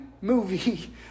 movie